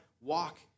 walk